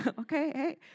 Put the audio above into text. Okay